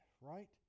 right